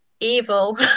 Evil